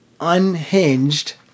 unhinged